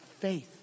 faith